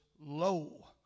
lo